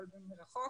אבל מרחוק